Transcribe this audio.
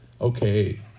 okay